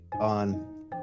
on